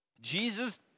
Jesus